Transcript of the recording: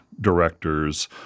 directors